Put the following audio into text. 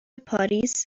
پاریس